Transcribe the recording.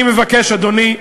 אני מבקש, אדוני,